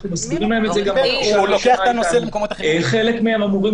אנחנו מסבירים להם את זה גם ב --- חלק מהם אמורים